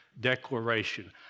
declaration